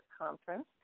conference